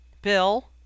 Bill